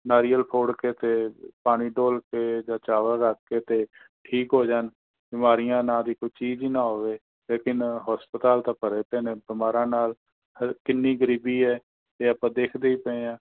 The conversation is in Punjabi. ਨਾਰੀਅਲ ਤੋੜ ਕੇ ਅਤੇ ਪਾਣੀ ਡੋਲ ਕੇ ਜਾਂ ਚਾਵਲ ਰੱਖ ਕੇ ਅਤੇ ਠੀਕ ਹੋ ਜਾਣ ਬਿਮਾਰੀਆਂ ਨਾਂ ਦੀ ਕੋਈ ਚੀਜ਼ ਹੀ ਨਾ ਹੋਵੇ ਲੇਕਿਨ ਹਸਪਤਾਲ ਤਾਂ ਭਰੇ ਪਏ ਨੇ ਬਿਮਾਰਾਂ ਨਾਲ ਹ ਕਿੰਨੀ ਗਰੀਬੀ ਹੈ ਅਤੇ ਆਪਾਂ ਦੇਖਦੇ ਹੀ ਪਏ ਹਾਂ